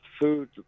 food